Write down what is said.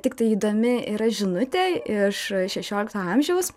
tiktai įdomi yra žinutė iš šešiolikto amžiaus